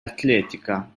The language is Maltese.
atletika